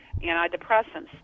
antidepressants